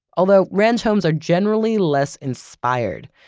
although ranch homes are generally less inspired,